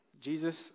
Jesus